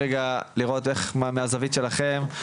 רגע לראות איך מהזווית שלכם,